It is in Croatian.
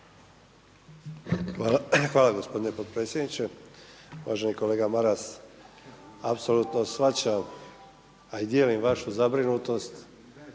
Hvala gospodine potpredsjedniče. Uvaženi kolega Maras, apsolutno shvaćam a i dijelim vašu zabrinutost